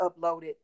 uploaded